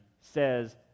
says